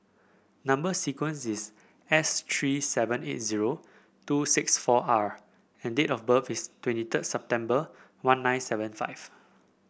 number sequence is S three seven eight zero two six four R and date of birth is twenty third September one nine seven five